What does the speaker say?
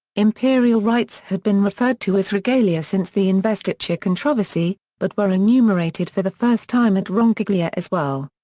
imperial rights had been referred to as regalia since the investiture controversy, but were enumerated for the first time at roncaglia as well.